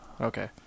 Okay